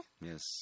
Yes